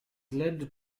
led